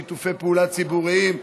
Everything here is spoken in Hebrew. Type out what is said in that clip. שיתופי פעולה ציבוריים,